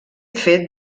fet